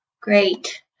Great